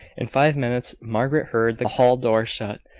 in five minutes, margaret heard the hall door shut,